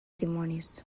dimonis